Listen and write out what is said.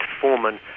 Foreman